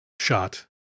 shot